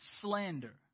slander